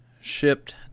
shipped